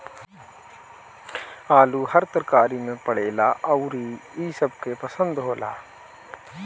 आलू हर तरकारी में पड़ेला अउरी इ सबके पसंद होला